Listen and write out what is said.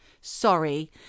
Sorry